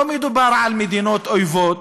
לא מדובר על מדינות אויבות,